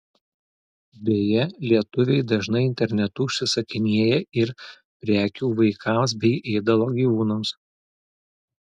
beje lietuviai dažnai internetu užsisakinėja ir prekių vaikams bei ėdalo gyvūnams